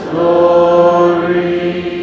Glory